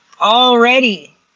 already